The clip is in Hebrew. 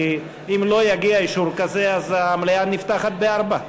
כי אם לא יגיע אישור כזה אז המליאה נפתחת ב-16:00.